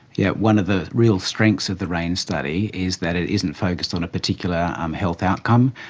yeah one of the real strengths of the raine study is that it isn't focused on a particular um health outcome.